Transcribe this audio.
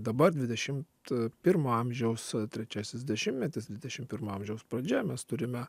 dabar dvidešimt pirmo amžiaus trečiasis dešimtmetis dvidešimt pirmo amžiaus pradžia mes turime